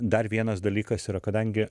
dar vienas dalykas yra kadangi